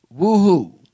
woohoo